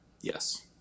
yes